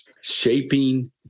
shaping